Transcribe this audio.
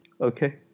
okay